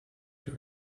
you